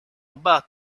about